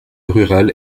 rural